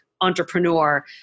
entrepreneur